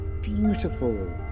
beautiful